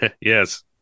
Yes